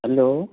hello